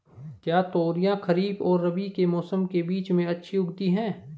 क्या तोरियां खरीफ और रबी के मौसम के बीच में अच्छी उगती हैं?